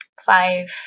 five